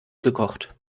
gekocht